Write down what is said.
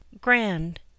grand